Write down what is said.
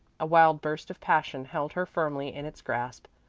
a wild burst of passion held her firmly in its grasp.